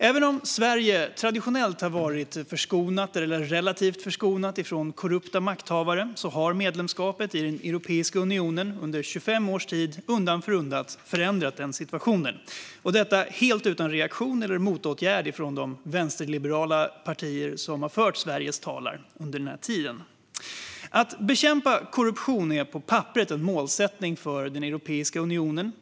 Även om Sverige traditionellt har varit förskonat, eller relativt förskonat, från korrupta makthavare har medlemskapet i Europeiska unionen under 25 års tid undan för undan förändrat den situationen, detta helt utan reaktion eller motåtgärd från de vänsterliberala partier som har fört Sveriges talan under den här tiden. Att bekämpa korruption är på papperet en målsättning för Europeiska unionen.